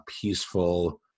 peaceful